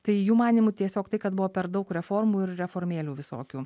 tai jų manymu tiesiog tai kad buvo per daug reformų ir reformėlių visokių